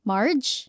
Marge